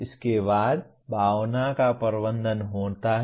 इसके बाद भावना का प्रबंधन होता है